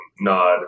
nod